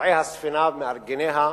בנוסעי הספינה ומארגניה,